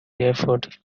airport